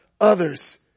others